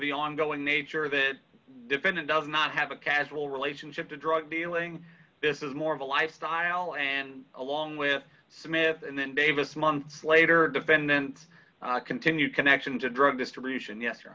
the ongoing nature the defendant does not have a casual relationship to drug dealing this is more of a lifestyle and along with smith and then davis months later defendants continue connection to drug distribution yes